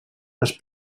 les